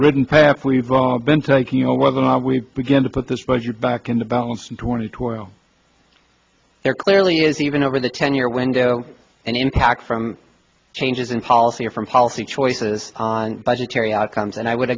ridden path we've all been taking or whether we begin to put this budget back in the balance and twenty two are there clearly is even over the ten year window and impacts from changes in policy or from policy choices on budgetary outcomes and i would